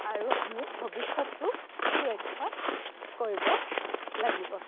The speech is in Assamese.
আৰু আমি ভৱিষ্যতটো সুৰক্ষা কৰিব লাগিব